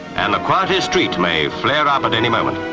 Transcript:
and the quietest street may flare up at any moment.